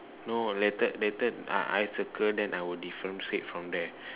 no later later ah I circle then I will differentiate from there